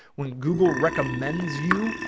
when google recommends you,